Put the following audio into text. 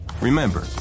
Remember